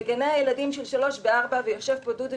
בגני הילדים של גילאי 3 ו-4 ויושב פה דודי,